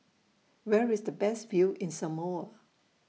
Where IS The Best View in Samoa